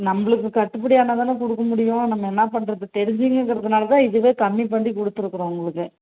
நம்பளுக்கு கட்டுப்படி ஆனாதானே கொடுக்க முடியும் நம்ம என்ன பண்ணுறது தெரிஞ்சவிங்கறதுனால தான் இதுவே கம்மி பண்ணி கொடுத்துருக்குறோம் உங்களுக்கு